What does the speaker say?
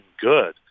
good